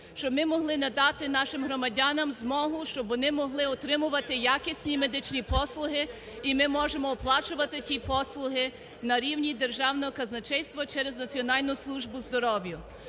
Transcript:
щоб ми могли надати нашим громадянам змогу, щоб вони могли отримувати якісні медичні послуги, і ми можемо оплачувати ті послуги на рівні державного казначейства через Національну службу здоров'я.